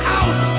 out